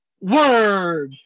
word